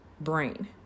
brain